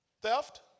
theft